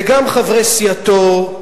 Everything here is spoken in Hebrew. וגם חברי סיעתו,